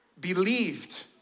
believed